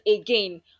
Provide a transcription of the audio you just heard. again